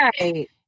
right